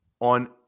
on